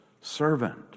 servant